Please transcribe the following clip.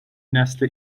نسل